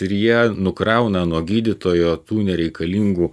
ir jie nukrauna nuo gydytojo tų nereikalingų